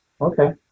Okay